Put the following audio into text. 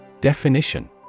Definition